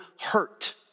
hurt